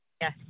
Yes